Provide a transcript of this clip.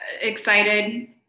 Excited